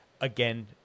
Again